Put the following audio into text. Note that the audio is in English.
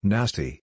Nasty